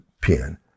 pen